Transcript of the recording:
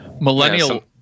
Millennial